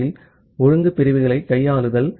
பியில் ஒழுங்கு பிரிவுகளை கையாளுதல்